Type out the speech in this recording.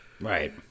right